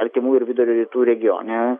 artimųjų ir vidurio rytų regione